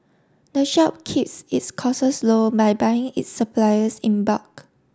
the shop kiss its costs low by buying its supplies in bulk